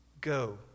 go